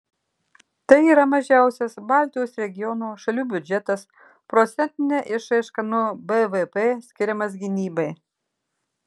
tai yra mažiausias baltijos regiono šalių biudžetas procentine išraiška nuo bvp skiriamas gynybai